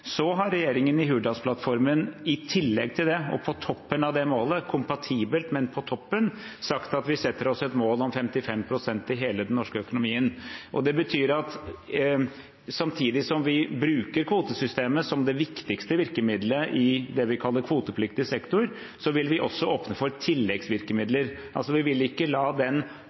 Så har regjeringen i Hurdalsplattformen i tillegg til og på toppen av det målet – kompatibelt, men på toppen – sagt at vi setter oss et mål om 55 pst. i hele den norske økonomien. Det betyr at samtidig som vi bruker kvotesystemet som det viktigste virkemiddelet i det vi kaller kvotepliktig sektor, vil vi også åpne for tilleggsvirkemidler. Vi vil altså ikke la den